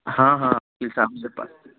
हाँ हाँ वकील साहब मुझे